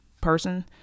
person